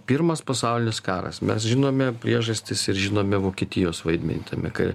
pirmas pasaulinis karas mes žinome priežastis ir žinome vokietijos vaidmenį tame kare